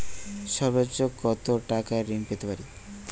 সর্বোচ্চ কত টাকা ঋণ পেতে পারি?